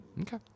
okay